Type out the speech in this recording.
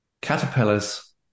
caterpillars